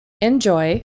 enjoy